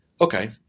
Okay